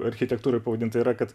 ir architektūroj pavadinta yra kad